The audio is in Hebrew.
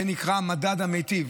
נקרא המדד המיטיב,